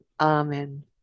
Amen